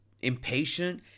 impatient